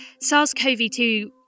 SARS-CoV-2